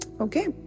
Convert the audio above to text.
Okay